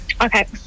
Okay